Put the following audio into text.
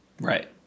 Right